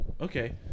okay